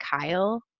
Kyle